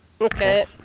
Okay